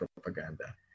propaganda